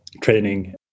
training